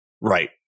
Right